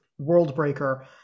Worldbreaker